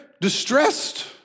distressed